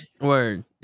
Word